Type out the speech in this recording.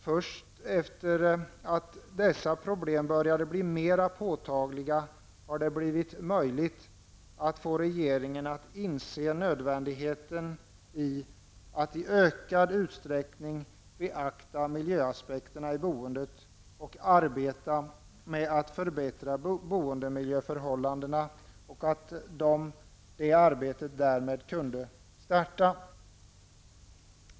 Först efter det att dessa problem började bli mer påtagliga har det blivit möjligt att få regeringen att inse nödvändigheten av att i ökad utsträckning beakta miljöaspekterna i boendet, och arbetet med att förbättra boendemiljöförhållandena kunde därmed starta.